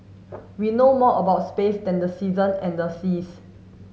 we know more about space than the season and the seas